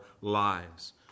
lives